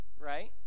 Right